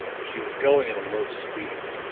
she was going at a low speed,